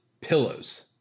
pillows